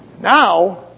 now